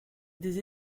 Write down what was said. des